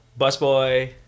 Busboy